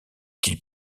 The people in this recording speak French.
qu’il